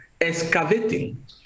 excavating